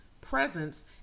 presence